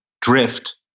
drift